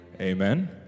Amen